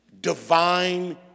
divine